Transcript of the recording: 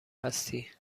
هستی